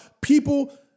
people